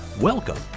Welcome